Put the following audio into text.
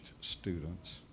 students